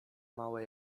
małe